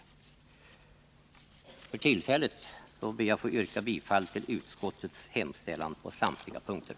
För tillfället yrkar jag bifall till utskottets hemställan i samtliga moment.